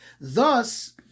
Thus